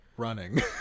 Running